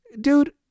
dude